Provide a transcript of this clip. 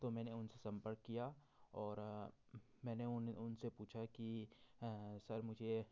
तो मैंने उन से संपर्क किया और मैंने उन से पूछा कि सर मुझे